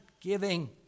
giving